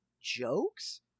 jokes